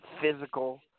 physical